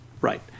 right